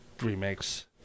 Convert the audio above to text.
remakes